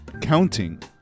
counting